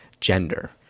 gender